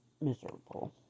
miserable